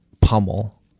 pummel